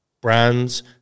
brands